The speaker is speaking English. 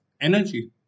energy